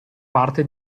parte